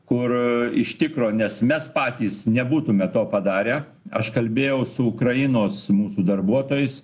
kuro iš tikro nes mes patys nebūtume to padarę aš kalbėjau su ukrainos mūsų darbuotojais